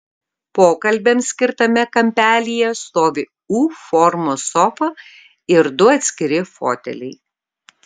pokalbiams skirtame kampelyje stovi u formos sofa ir du atskiri foteliai